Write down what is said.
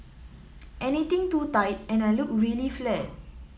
anything too tight and I look really flat